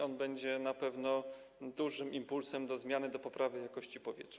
On będzie na pewno dużym impulsem do zmiany, do poprawy jakości powietrza.